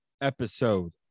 episode